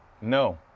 No